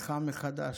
היבחרך מחדש,